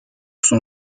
son